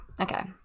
Okay